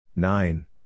Nine